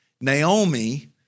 Naomi